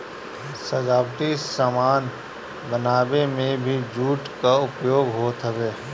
सजावटी सामान बनावे में भी जूट कअ उपयोग होत हवे